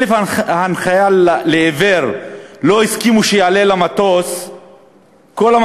לא הסכימו שיעלה למטוס כלב הנחיה לעיוור,